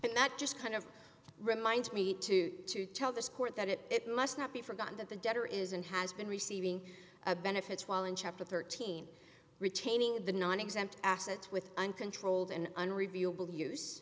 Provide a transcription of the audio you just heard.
that just kind of reminds me to tell this court that it it must not be forgotten that the debtor is and has been receiving a benefits while in chapter thirteen retaining the nonexempt assets with uncontrolled and unreviewable use